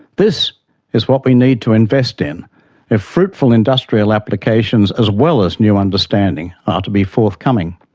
this is what we need to invest in if fruitful industrial applications, as well as new understanding, are to be forthcoming.